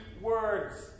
words